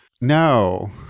no